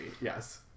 Yes